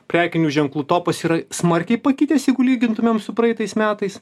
prekinių ženklų topas yra smarkiai pakitęs jeigu lygintumėm su praeitais metais